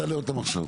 תעלה אותן עכשיו.